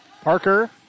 Parker